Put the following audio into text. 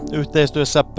yhteistyössä